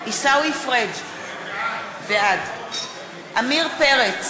עיסאווי פריג' בעד עמיר פרץ,